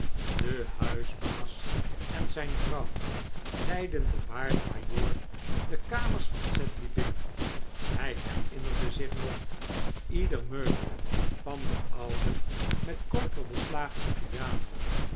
de huisbaas en zijn vrouw leidden den waarden majoor de kamers van sedley binnen hij herinnerde zich nog ieder meubel van de oude met koper beslagen piano